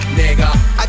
nigga